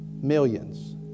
Millions